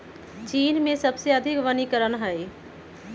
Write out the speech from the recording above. चीन में सबसे अधिक वनीकरण हई